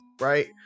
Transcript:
right